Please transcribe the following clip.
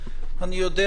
אני יודע